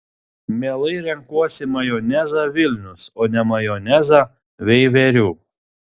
mielai renkuosi majonezą vilnius o ne majonezą veiverių